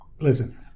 Listen